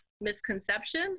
Misconception